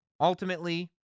ultimately